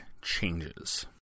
changes